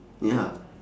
ya